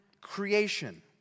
creation